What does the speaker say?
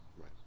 Right